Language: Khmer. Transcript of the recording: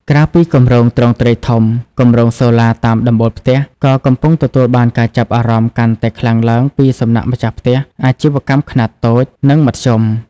ក្រៅពីគម្រោងទ្រង់ទ្រាយធំ គម្រោងសូឡាតាមដំបូលផ្ទះ ក៏កំពុងទទួលបានការចាប់អារម្មណ៍កាន់តែខ្លាំងឡើងពីសំណាក់ម្ចាស់ផ្ទះ អាជីវកម្មខ្នាតតូច និងមធ្យម។